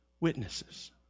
witnesses